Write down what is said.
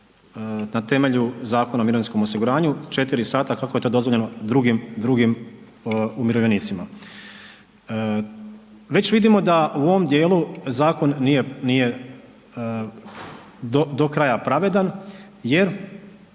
na temelju Zakona o mirovinskom osiguranju četiri sata kako je to dozvoljeno drugim umirovljenicima? Već vidimo da u ovom dijelu zakon nije do kraja pravedan jer